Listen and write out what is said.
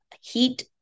heat